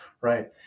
right